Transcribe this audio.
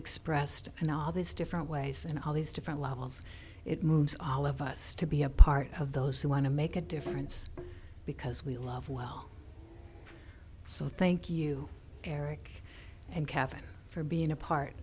expressed in all these different ways and all these different levels it moves all of us to be a part of those who want to make a difference because we love well so thank you eric and catherine for being a part